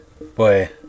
boy